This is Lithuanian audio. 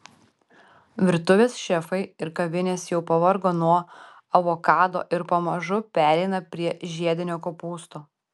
virtuvės šefai ir kavinės jau pavargo nuo avokado ir pamažu pereina prie žiedinio kopūsto